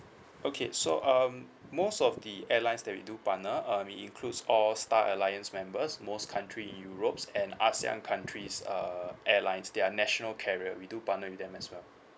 okay so um most of the airlines that we do partner um it includes all star alliance members most country in europe and ASEAN countries err airlines they are national carrier we do partner with them as well